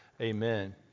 Amen